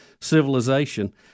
civilization